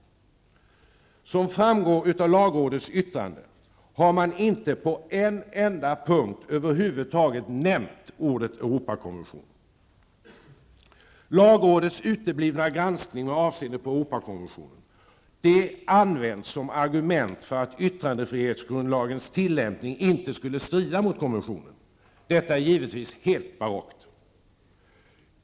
Såsom framgår av lagrådets yttrande har man inte på en enda punkt över huvud taget nämnt ordet Europakonvention. Lagrådets uteblivna granskning med avseende på Europakonventionen används som argument för att yttrandefrihetsgrundlagens tillämpning inte skulle strida mot konventionen. Detta är givetvis helt barockt.